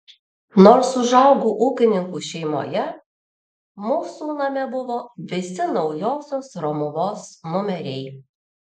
nors užaugau ūkininkų šeimoje mūsų name buvo visi naujosios romuvos numeriai